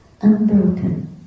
unbroken